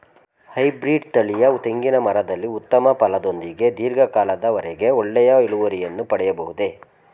Hybrid ತಳಿಯ ತೆಂಗಿನ ಮರದಲ್ಲಿ ಉತ್ತಮ ಫಲದೊಂದಿಗೆ ಧೀರ್ಘ ಕಾಲದ ವರೆಗೆ ಒಳ್ಳೆಯ ಇಳುವರಿಯನ್ನು ಪಡೆಯಬಹುದೇ?